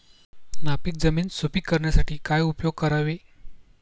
नापीक जमीन सुपीक करण्यासाठी काय उपयोग करावे?